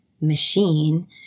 machine